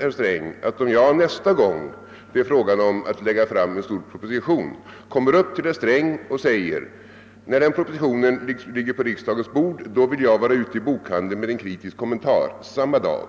herr Sträng, om jag nästa gång det är fråga om att lägga fram en stor proposition kommer upp till herr Sträng och säger: När den propositionen ligger på riksdagens bord vill jag vara ute i bokhandeln med en kritisk kommentar samma dag.